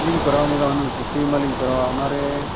ᱞᱤᱧ ᱠᱚᱨᱟᱣ ᱧᱚᱜᱟ ᱦᱩᱱᱟᱹᱝ ᱠᱨᱤᱥᱤ ᱵᱤᱢᱟ ᱞᱤᱧ ᱠᱚᱨᱟᱣᱟᱣᱟ ᱚᱱᱟᱨᱮ ᱦᱩᱱᱟᱹᱝ ᱚᱱᱟᱨᱮ